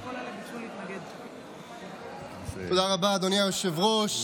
תודה רבה, אדוני היושב-ראש.